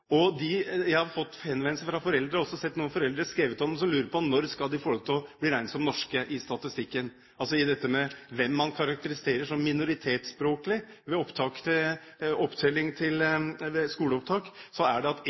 Jeg har fått henvendelse fra foreldre – og også sett noen foreldre skrevet om det – som lurer på når de skal få lov til å bli regnet som norske i statistikken. Når det gjelder dette med hvem man karakteriserer som minoritetsspråklig ved